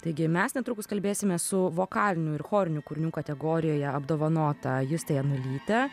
taigi mes netrukus kalbėsime su vokalinių ir chorinių kūrinių kategorijoje apdovanota juste janulyte